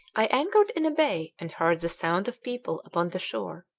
i anchored in a bay and heard the sound of people upon the shore,